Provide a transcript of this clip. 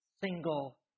single